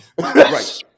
right